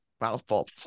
mouthful